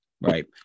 right